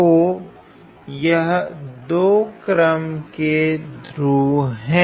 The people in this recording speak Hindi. तो यह 2क्रम के ध्रुव हैं